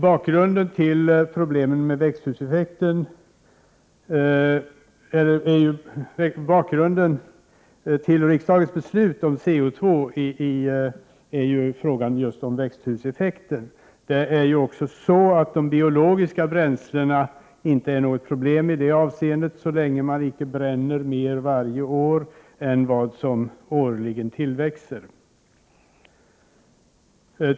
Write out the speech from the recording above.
Bakgrunden till riksdagens beslut om CO; är ju frågan om växthuseffekten. De biologiska bränslena är inte något problem i det avseendet, så länge man inte bränner mer varje år än vad som årligen tillväxer.